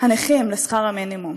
הנכים לשכר המינימום.